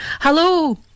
Hello